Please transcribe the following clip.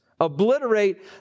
Obliterate